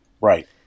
right